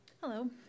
Hello